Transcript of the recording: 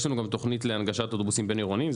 יש לנו גם תכנית להנגשת אוטובוסים בין-עירוניים,